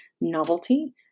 novelty